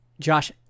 Josh